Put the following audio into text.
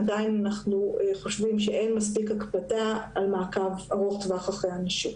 אנחנו עדיין חושבים שאין מספיק הקפדה על מעקב ארוך טווח אחרי אנשים.